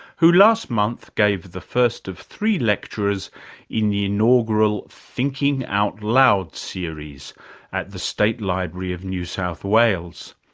who last month gave the first of three lectures in the inaugural thinking out loud series at the state library of new south wales.